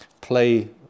play